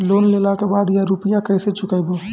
Loan लेला के बाद या रुपिया केसे चुकायाबो?